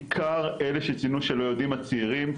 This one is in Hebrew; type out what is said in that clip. עיקר אלה שציינו שלא יודעים הצעירים,